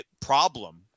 problem